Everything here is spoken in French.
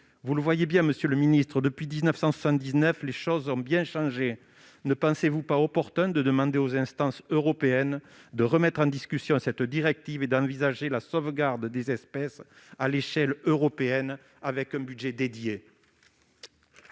Vous le voyez, monsieur le secrétaire d'État, depuis 1979, les choses ont bien changé. Ne pensez-vous pas qu'il serait opportun de demander aux instances européennes de rediscuter de cette directive et d'envisager la sauvegarde des espèces à l'échelon européen avec un budget dédié ?